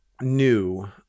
new